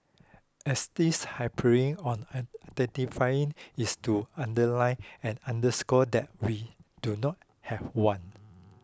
as this harping on identifying is to underline and underscore that we do not have one